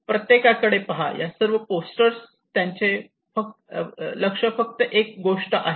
प्रत्येकाकडे पहा या सर्व पोस्टर्सकडे त्यांचे लक्ष फक्त एक गोष्ट आहे